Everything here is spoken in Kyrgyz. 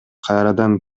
кайрадан